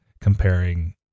comparing